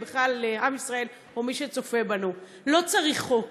ובכלל לעם ישראל או למי שצופה בנו: לא צריך חוק,